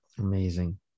amazing